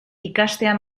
ikastea